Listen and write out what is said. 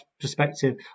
perspective